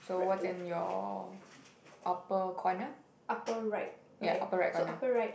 so what's in your upper corner yeah upper right corner